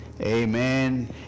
amen